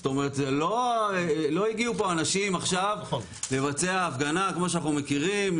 זאת אומרת לא הגיעו לפה אנשים עכשיו לבצע הפגנה כמו שאנחנו מכירים,